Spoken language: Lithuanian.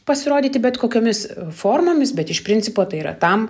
pasirodyti bet kokiomis formomis bet iš principo tai yra tam